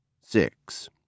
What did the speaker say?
Six